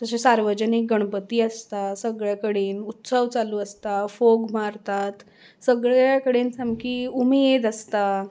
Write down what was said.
तशें सार्वजनीक गणपती आसता सगळे कडेन उत्सव चालू आसता फोग मारतात सगळ कडेन सामकी उमेद आसता